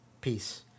Peace